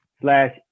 slash